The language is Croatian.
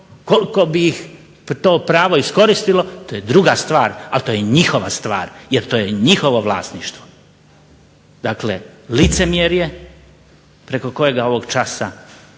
Koliko bi ih to pravo iskoristilo to je druga stvar, ali to je njihova stvar, jer to je njihovo vlasništvo. Dakle, licemjerje preko kojega ovog časa